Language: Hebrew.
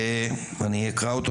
אני אקרא אותו